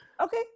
okay